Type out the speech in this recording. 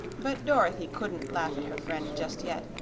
but dorothy couldn't laugh at her friend just yet,